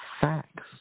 Facts